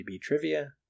Trivia